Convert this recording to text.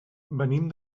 venim